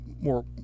more